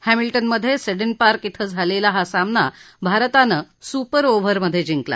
हस्तिल्टनमधे Seddon Park बें झालेली हा सामना भारतानं सुपर ओव्हरमध्ये जिकंला